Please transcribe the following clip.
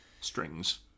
strings